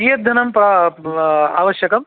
कियद्धनं आवश्यकम्